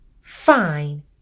fine